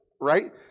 right